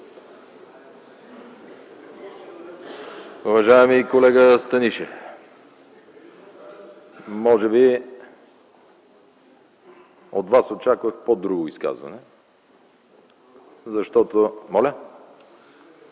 Уважаеми колега Станишев, може би от Вас очаквах по-друго изказване.